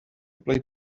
play